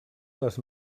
les